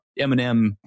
Eminem